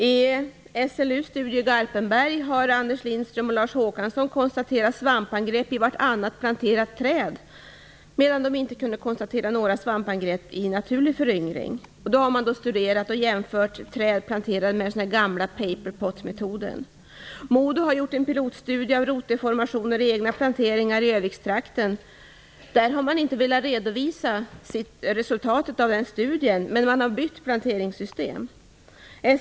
I SLU:s studie i Garpenberg har Anders Lindström och Lars Håkansson konstaterat svampangrepp i vart annat planterat träd, medan de inte kunde konstatera några svampangrepp vid naturlig föryngring. Då har man studerat och jämfört träd planterade med paperpotsmetoden. Modo har gjort en pilotstudie av rotdeformationer i egna planteringar i Övikstrakten. Där har man inte velat redovisa resultatet av studien men man har bytt planteringssystem.